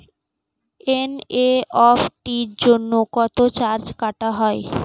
NEFT জন্য কত charge কাটা হয়?